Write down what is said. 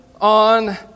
on